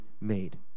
made